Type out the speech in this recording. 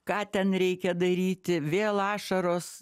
ką ten reikia daryti vėl ašaros